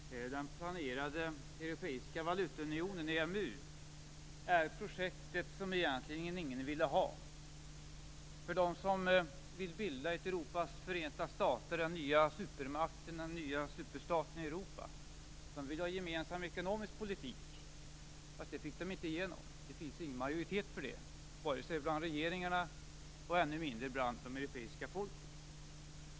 Herr talman! Den planerade europeiska valutaunionen EMU är projektet som egentligen ingen ville ha. De som vill bilda Europas förenta stater, den nya supermakten, den nya superstaten i Europa, vill ha en gemensam ekonomisk politik, fastän det fick de inte igenom. Det finns ingen majoritet för det vare sig bland regeringarna eller - och än mindre - bland de europeiska folken.